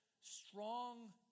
strong